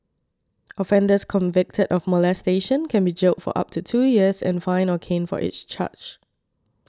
offenders convicted of molestation can be jailed for up to two years and fined or caned for each charge